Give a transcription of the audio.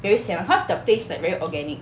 very sian [what] cause the place like very organic